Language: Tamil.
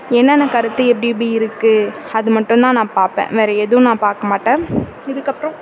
என்னென்ன கருத்து எப்படி எப்படி இருக்கு அது மட்டும்தான் நான் பார்ப்பேன் வேறு எதுவும் நான் பார்க்க மாட்டேன் இதுக்கப்புறம்